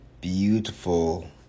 beautiful